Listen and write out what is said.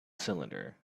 cylinder